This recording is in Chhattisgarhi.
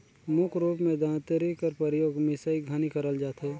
मुख रूप मे दँतरी कर परियोग मिसई घनी करल जाथे